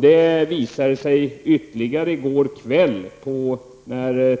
Det framstod ännu tydligare i går kväll då